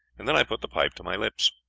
and then i put the pipe to my lips.